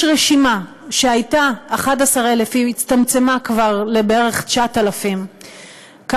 יש רשימה שהייתה 11,000. היא הצטמצמה כבר ל-9,000 בערך,